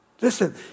Listen